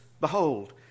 behold